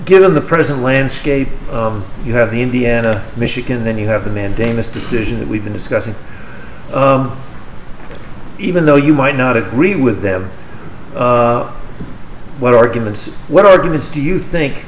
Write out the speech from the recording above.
given the present landscape you have the indiana michigan then you have a mandamus decision that we've been discussing even though you might not agree with them what arguments what arguments do you think